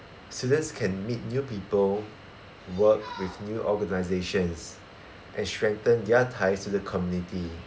students can meet new people work with new organisations and strengthen their ties to the community